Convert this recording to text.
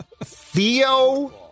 Theo